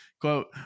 quote